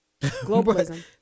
Globalism